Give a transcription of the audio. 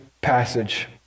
passage